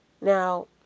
Now